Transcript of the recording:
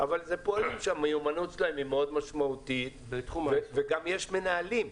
-- אבל זה פועלים שהמיומנות שלהם מאוד משמעותית וגם יש מנהלים.